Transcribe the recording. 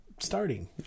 Starting